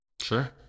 Sure